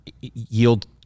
yield